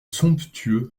somptueux